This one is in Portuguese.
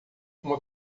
uma